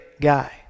guy